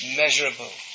measurable